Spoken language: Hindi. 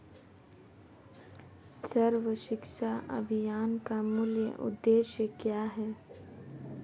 सर्व शिक्षा अभियान का मूल उद्देश्य क्या है?